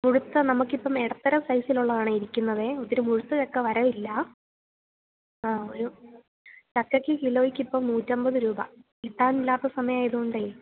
മുഴുത്ത നമുക്കിപ്പം ഇടത്തരം സൈസിൽ ഉള്ളതാണ് ഇരിക്കുന്നത് ഒത്തിരി മുഴുത്ത ചക്ക വരവില്ല ആ ഒരു ചക്കയ്ക്ക് കിലോയ്ക്ക് ഇപ്പം നൂറ്റിയൻപത് രൂപ കിട്ടാനില്ലാത്ത സമയം ആയത് കൊണ്ട്